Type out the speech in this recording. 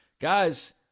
Guys